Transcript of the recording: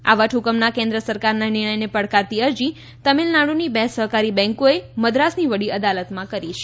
આ વટહ્કમના કેન્દ્ર સરકારના નિર્ણયને પડકારતી અરજી તમિલનાડુની બે સહકારી બેન્કોએ મદ્રાસની વડી અદાલતમાં કરી છે